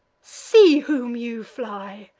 see whom you fly!